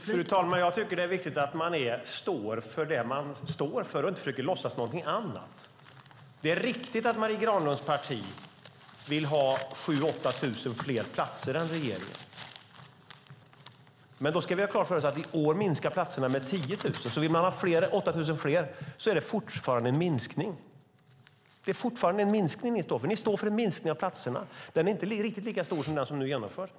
Fru talman! Jag tycker att det är viktigt att man står för sin politik och inte försöker låtsas någonting annat. Det är riktigt att Marie Granlunds parti vill ha 7 000-8 000 fler platser än regeringen. Men då ska vi ha klart för oss att platserna i år minskar med 10 000. Det är alltså fortfarande en minskning av platserna ni står för. Den är bara inte riktigt lika stor som den som nu genomförs.